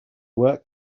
work